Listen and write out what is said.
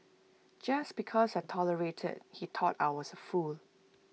just because I tolerated he thought I was A fool